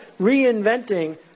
Reinventing